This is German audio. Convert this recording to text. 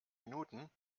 minuten